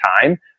time